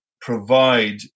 provide